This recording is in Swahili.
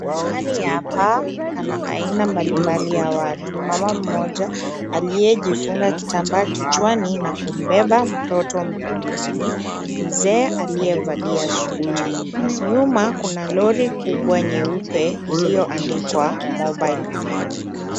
Mahali hapa pana aina mbalimbali ya watu, mama mmoja aliyejifunga kitambaa kichwani na kumbeba mtoto mkononi, mzee aliyevalia suti. Nyuma kuna lori kubwa nyeupe iliyoandikwa mobile clinic .